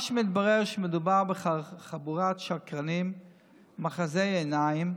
מה שמתברר, שמדובר בחבורת שקרנים מאחזי עיניים.